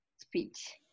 speech